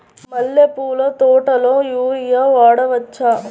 మల్లె పూల తోటలో యూరియా వాడవచ్చా?